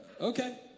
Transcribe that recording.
okay